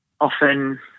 often